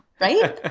right